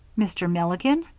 mr. milligan?